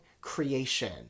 creation